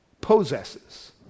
possesses